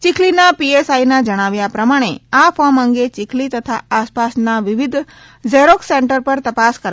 ચીખલીના પીએસઆઇના જણાવ્યા પ્રમાણે આ ફોર્મ અંગે ચીખલી તથા આસપાસના વિવિધ ઝેરોક્ષ સેન્ટરો પર તપાસ કરવામાં આવી હતી